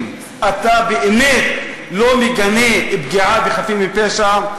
אתה באמת לא מגנה פגיעה בחפים מפשע?